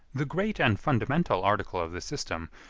the great and fundamental article of the system,